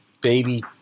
baby